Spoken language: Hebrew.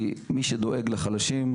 כי מי שדואג לחלשים,